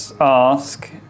ask